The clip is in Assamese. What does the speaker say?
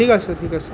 ঠিক আছে ঠিক আছে